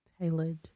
tailored